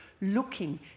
looking